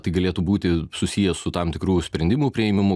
tai galėtų būti susiję su tam tikrų sprendimų priėmimu